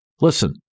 Listen